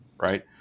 right